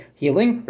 healing